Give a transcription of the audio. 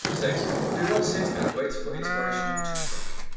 six do not sit and wait for inspiration to strike.